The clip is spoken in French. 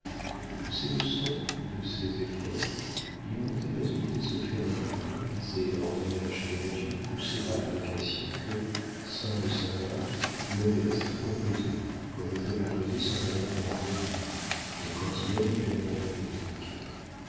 de ces leçons de ces efforts il en était résulté ce phénomène assez ordinaire chez les natures poussées par la vocation que sans le savoir modeste composait comme on peut composer sans connaître l'harmonie des cantilènes purement